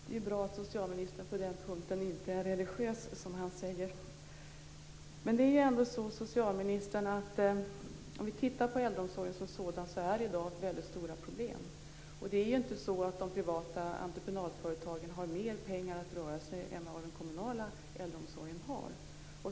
Fru talman! Det är bra att socialministern på den punkten inte är religiös, som han säger. Men, socialministern, om vi tittar på äldreomsorgen som sådan ser vi att det i dag finns väldigt stora problem. Det är inte så att de privata entreprenadföretagen har mer pengar att röra sig med än vad den kommunala äldreomsorgen har.